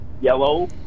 yellow